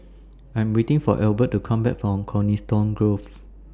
I Am waiting For Egbert to Come Back from Coniston Grove